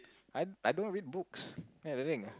I I don't read books that's the thing